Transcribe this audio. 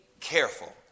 careful